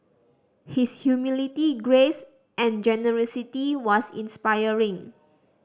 his humility grace and generosity was inspiring